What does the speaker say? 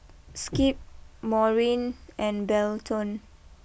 Skip Maurine and Belton